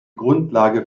grundlage